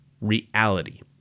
reality